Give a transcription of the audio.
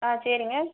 ஆ சரிங்க